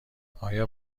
آیا